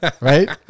right